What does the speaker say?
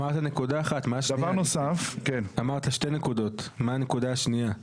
אמרת נקודת אחת, מה הנקודה השנייה?